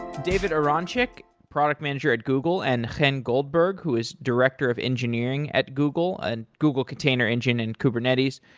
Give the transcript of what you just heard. david aronchick, product manager at google, and chen goldberg who is director of engineering at google and google container engine and kubernetes.